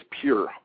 pure